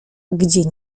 gdzie